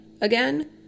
again